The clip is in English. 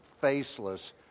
faceless